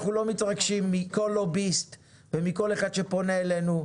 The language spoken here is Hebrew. אנחנו לא מתרגשים מכל לוביסט ומכל אחד שפונה אלינו,